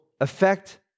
affect